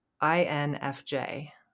I-N-F-J